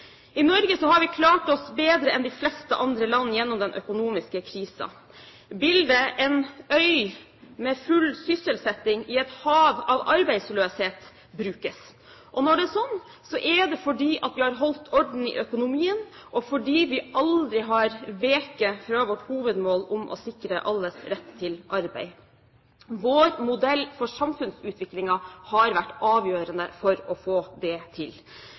I Norge har vi klart oss bedre enn de fleste andre land igjennom den økonomiske krisen. Bildet en øy med full sysselsetting i et hav av arbeidsløshet brukes. Og når det er sånn, er det fordi vi har holdt orden i økonomien, og fordi vi aldri har veket fra vårt hovedmål om å sikre alles rett til arbeid. Vår modell for samfunnsutviklingen har vært avgjørende for å få det til.